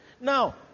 Now